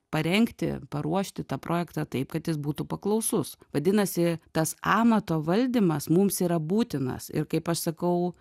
parengti paruošti tą projektą taip kad jis būtų paklausus vadinasi tas amato valdymas mums yra būtinas ir kaip aš sakau